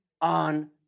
on